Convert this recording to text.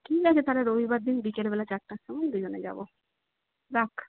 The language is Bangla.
ঠিক আছে তাহলে রবিবার দিন বিকেলবেলা চারটার সময় দুজনে যাব রাখ